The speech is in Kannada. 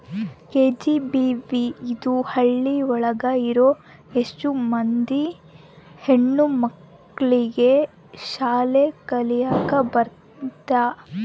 ಕೆ.ಜಿ.ಬಿ.ವಿ ಇಂದ ಹಳ್ಳಿ ಒಳಗ ಇರೋ ಎಷ್ಟೋ ಮಂದಿ ಹೆಣ್ಣು ಮಕ್ಳಿಗೆ ಶಾಲೆ ಕಲಿಯಕ್ ಬರುತ್ತೆ